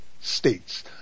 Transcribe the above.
states